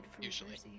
Usually